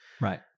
Right